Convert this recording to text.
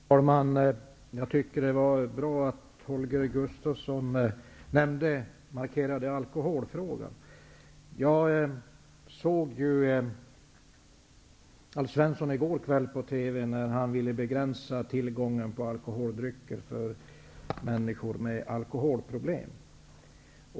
Herr talman! Jag tycker att det var bra att Holger Gustafsson markerade alkoholfrågan. Jag hörde Alf Svensson på TV i går kväll. Han sade där att han ville begränsa tillgången på alkoholdrycker för människor med alkoholproblem.